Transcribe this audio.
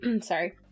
Sorry